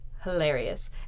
Hilarious